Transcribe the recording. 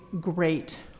great